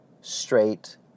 straight